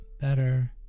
better